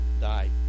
died